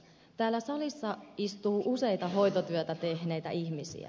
täällä salissa istuu useita hoitotyötä tehneitä ihmisiä